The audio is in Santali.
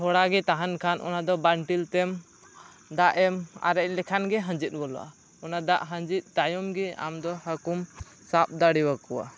ᱛᱷᱚᱲᱟ ᱜᱮ ᱛᱟᱦᱮᱱ ᱠᱷᱟᱱ ᱚᱱᱟ ᱫᱚ ᱵᱟᱱᱴᱤᱞ ᱛᱮᱢ ᱫᱟᱜ ᱮᱢ ᱟᱨᱮᱡ ᱞᱮᱠᱷᱟᱱ ᱜᱮ ᱦᱟᱹᱡᱤᱫ ᱜᱚᱫᱚᱜᱼᱟ ᱚᱱᱟ ᱫᱟᱜ ᱦᱟᱹᱡᱤᱫ ᱛᱟᱭᱚᱢ ᱜᱮ ᱟᱢ ᱫᱚ ᱦᱟᱹᱠᱩᱢ ᱥᱟᱵ ᱫᱟᱲᱮᱭᱟᱠᱚᱭᱟ